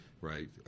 right